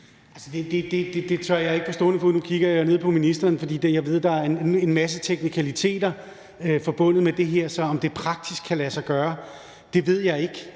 Det tør jeg ikke sige på stående fod. Nu kigger jeg ned på ministeren, fordi jeg ved, der er en masse teknikaliteter forbundet med det her – så om det praktisk kan lade sig gøre, ved jeg ikke.